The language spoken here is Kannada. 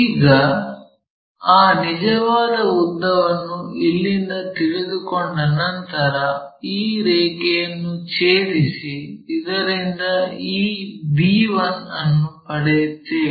ಈಗ ಆ ನಿಜವಾದ ಉದ್ದವನ್ನು ಇಲ್ಲಿಂದ ತಿಳಿದುಕೊಂಡ ನಂತರ ಈ ರೇಖೆಯನ್ನು ಛೇದಿಸಿ ಇದರಿಂದ ಈ b1 ಅನ್ನು ಪಡೆಯುತ್ತೇವೆ